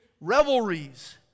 revelries